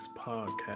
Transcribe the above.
podcast